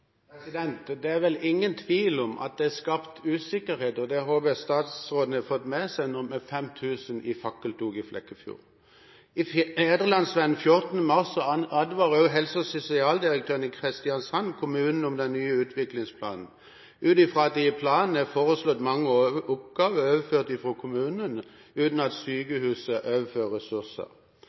Det er vel ingen tvil om at det er skapt usikkerhet, og det håper jeg statsråden har fått med seg nå, med 5 000 i fakkeltog i Flekkefjord. I Fædrelandsvennen 14. mars i år advarer også helse- og sosialdirektøren i Kristiansand kommunene mot den nye utviklingsplanen, ut fra at det i planen er foreslått mange oppgaver overført fra sykehuset til kommunene, uten at